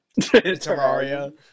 Terraria